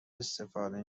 استفاده